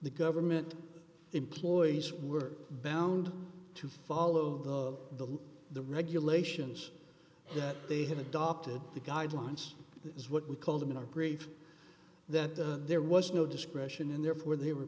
the government employees were balland to follow the the regulations that they had adopted the guidelines is what we called them in our brief that there was no discretion and therefore they were